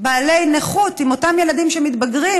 בעלי נכות, עם אותם ילדים שמתבגרים.